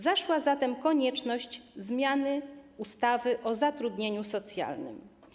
Zaszła zatem konieczność zmiany ustawy o zatrudnieniu socjalnym.